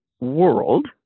world